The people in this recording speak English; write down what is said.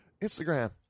Instagram